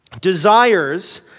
desires